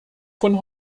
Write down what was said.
von